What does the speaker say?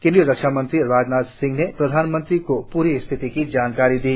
केंद्रीय रक्षा मंत्री राजनाथ सिंह ने प्रधानमंत्री को पूरी स्थिति की जानकारी दी